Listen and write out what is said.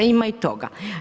Ima i toga.